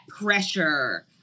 pressure